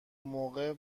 موقع